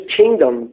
kingdom